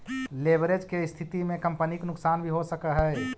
leverage के स्थिति में कंपनी के नुकसान भी हो सकऽ हई